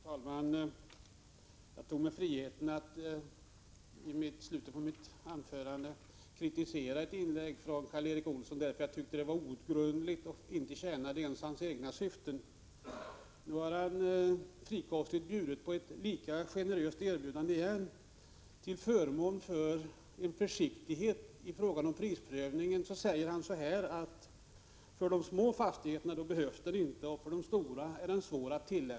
Fru talman! Jag tog mig friheten att i slutet av mitt anförande kritisera ett inlägg av Karl Erik Olsson, därför att jag tyckte att det var outgrundligt och inte ens tjänade hans egna syften. Nu har han kommit med ett lika frikostigt erbjudande igen i fråga om prisprövningen. Han säger att den inte längre behövs för de små fastigheterna och att den är svår att tillämpa för de stora fastigheterna.